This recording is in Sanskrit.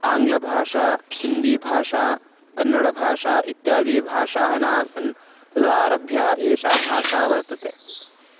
आङ्ग्लभाषा हिन्दीभाषा कन्नडभाषा इत्यादिभाषाः नासन् तदारभ्य एषा भाषा वर्तते